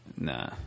Nah